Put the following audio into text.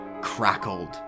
crackled